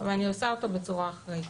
ואני עושה אותו בצורה אחראית',